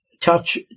touch